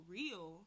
real